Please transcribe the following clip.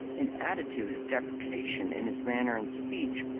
an attitude of deprecation in his manner and speech,